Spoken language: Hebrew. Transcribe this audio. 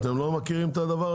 אתה מכיר את זה